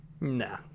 Nah